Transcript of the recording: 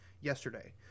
yesterday